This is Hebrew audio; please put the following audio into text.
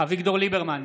אביגדור ליברמן,